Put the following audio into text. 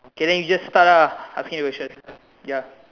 okay then you just start ah asking the questions ya